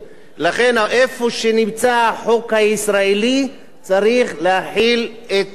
איפה שנמצא החוק הישראלי צריך להחיל את תום הלב.